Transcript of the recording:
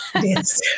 Yes